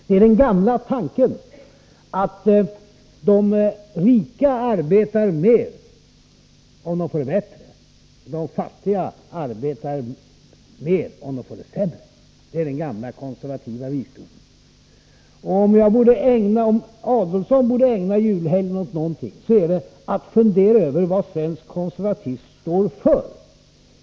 Det är den gamla tanken att de rika arbetar mer om de får det bättre och de fattiga arbetar mer om de får det sämre. Det är den gamla konservativa visdomen. Om Ulf Adelsohn borde ägna julhelgen åt någonting, är det åt att fundera över vad svensk konservatism är för.